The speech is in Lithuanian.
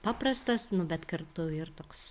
paprastas nu bet kartu ir toks